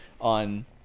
on